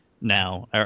now